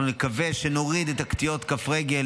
אני מקווה שאנחנו נוריד את קטיעות כף הרגל